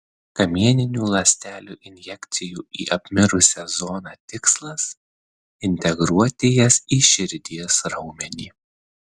kamieninių ląstelių injekcijų į apmirusią zoną tikslas integruoti jas į širdies raumenį